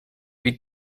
wie